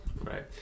Right